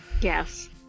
yes